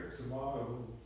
Tomorrow